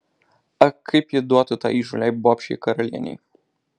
ak kaip ji duotų tai įžūliai bobšei karalienei